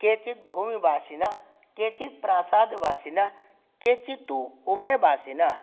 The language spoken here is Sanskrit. केचिद् भूमिवासिनः केचिद् प्रासादवासिनः केचिद् तु उभयवासिनः